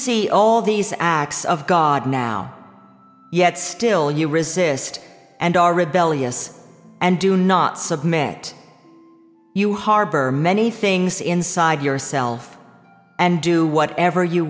see all these acts of god now yet still you resist and are rebellious and do not submit you harbor many things inside yourself and do whatever you